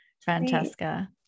Francesca